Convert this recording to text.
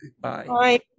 Bye